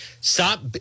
Stop